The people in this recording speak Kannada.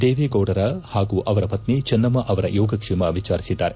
ದೇವೇಗೌಡರ ಹಾಗೂ ಅವರ ಪತ್ನಿ ಚೆನ್ನಮ್ಮ ಅವರ ಯೋಗಕ್ಷೇಮ ವಿಚಾರಿಸಿದ್ದಾರೆ